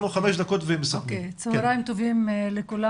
צהריים טובים לכולם.